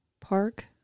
park